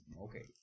Okay